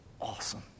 awesome